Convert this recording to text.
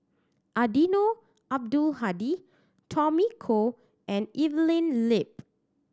Eddino Abdul Hadi Tommy Koh and Evelyn Lip